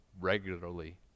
regularly